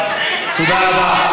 תודה רבה.